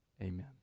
Amen